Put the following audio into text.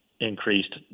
increased